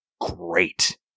great